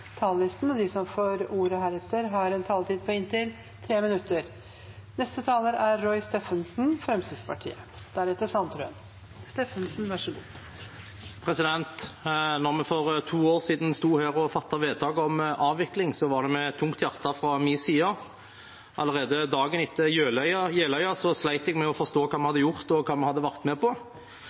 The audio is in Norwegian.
De talere som heretter får ordet, har en taletid på inntil 3 minutter. Da vi for to år siden sto her og fattet vedtak om avvikling, var det med tungt hjerte fra min side. Allerede dagen etter Jeløya slet jeg med å forstå hva vi hadde gjort, og hva vi hadde vært med på.